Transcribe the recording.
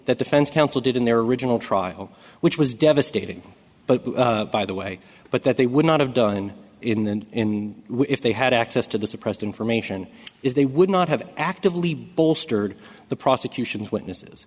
that defense counsel did in their original trial which was devastating but by the way but that they would not have done in if they had access to the suppressed information is they would not have actively bolstered the prosecution's witnesses